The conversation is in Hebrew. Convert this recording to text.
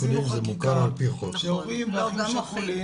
עשינו חקיקה שהורים ואחים שכולים,